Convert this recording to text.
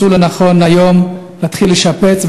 מצאו לנכון היום להתחיל לשפץ,